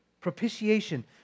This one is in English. Propitiation